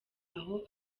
aho